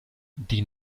die